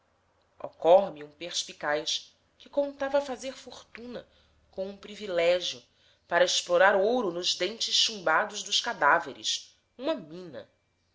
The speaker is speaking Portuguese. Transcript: ocorre me um perspicaz que contava fazer fortuna com um privilégio para explorar ouro nos dentes chumbados dos cadáveres uma mina